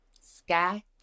Sky